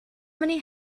many